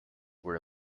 were